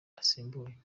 asimbuye